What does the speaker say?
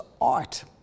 Art